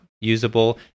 usable